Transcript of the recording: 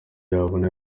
yabona